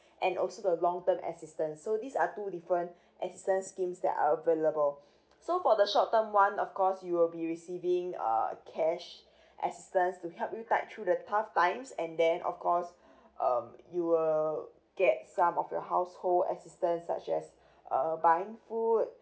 and also the long term assistance so these are two different assistance schemes that are available so for the short term [one] of course you'll be receiving uh cash assistance to help you tide through the tough times and then of course um you will get some of your household assistance such as uh buying food